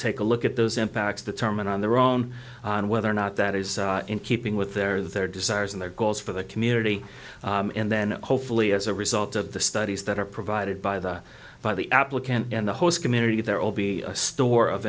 take a look at those impacts the term and on their own on whether or not that is in keeping with their their desires and their goals for the community and then hopefully as a result of the studies that are provided by the by the applicant and the host community they're all be a store of